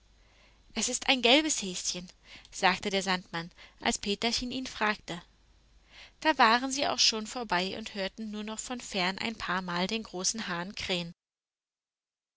es ist ein gelbes häschen sagte der sandmann als peterchen ihn fragte da waren sie auch schon vorbei und hörten nur noch von fern ein paarmal den großen hahn krähen